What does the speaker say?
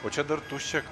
o čia dar tuščia